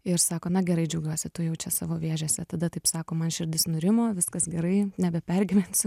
ir sako na gerai džiaugiuosi tu jau čia savo vėžėse tada taip sako man širdis nurimo viskas gerai nebepergyvensiu